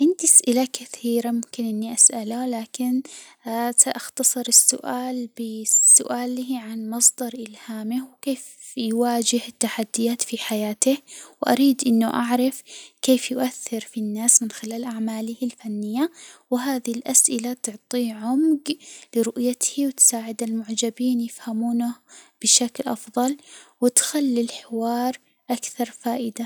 عندي أسئلة كثيرة ممكن إني أسألها، لكن سأختصر السؤال بسؤالي عن مصدر إلهامه وكيف يواجه التحديات في حياته، وأريد إنه أعرف كيف يؤثر في الناس من خلال أعماله الفنية، و هذه الأسئلة تعطيه عمج لرؤيته وتساعد المعجبين يفهمونه بشكل أفضل وتخلي الحوار أكثر فائدة.